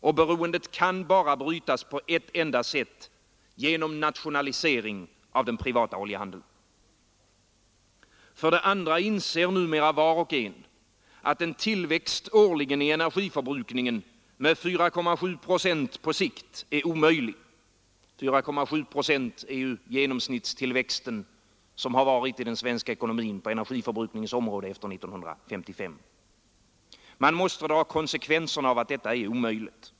Och beroendet kan bara brytas på ett enda sätt — genom nationalisering av den privata oljehandeln. För det andra inser numera var och en att en tillväxt årligen i energiförbrukningen med 4,7 procent på sikt är omöjlig — 4,7 procent har ju varit genomsnittstillväxten i den svenska ekonomin på energiförbrukningens område efter 1955. Man måste dra konsekvenserna av att detta är omöjligt.